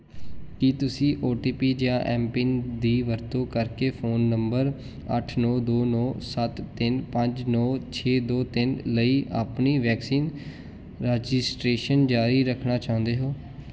ਕੀ ਤੁਸੀਂ ਓਟੀਪੀ ਜਾਂ M PIN ਦੀ ਵਰਤੋਂ ਕਰਕੇ ਫ਼ੋਨ ਨੰਬਰ ਅੱਠ ਨੌਂ ਦੋ ਨੌਂ ਸੱਤ ਤਿੰਨ ਪੰਜ ਨੌਂ ਛੇ ਦੋ ਤਿੰਨ ਲਈ ਆਪਣੀ ਵੈਕਸੀਨ ਰਜਿਸਟ੍ਰੇਸ਼ਨ ਜਾਰੀ ਰੱਖਣਾ ਚਾਹੁੰਦੇ ਹੋ